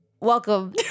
welcome